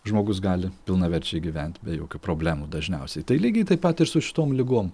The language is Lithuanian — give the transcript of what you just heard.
žmogus gali pilnaverčiai gyventi be jokių problemų dažniausiai tai lygiai taip pat ir su šitom ligom